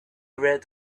read